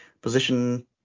position